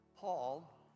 Paul